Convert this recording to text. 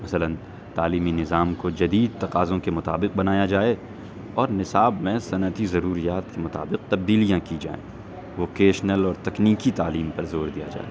مثلاً تعلیمی نظام کو جدید تقاضوں کے مطابق بنایا جائے اور نصاب میں صنعتی ضروریات کے مطابق تبدیلیاں کی جائیں وکیشنل اور تکنیکی تعلیم پر زور دیا جائے